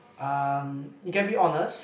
um he can be honest